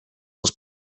els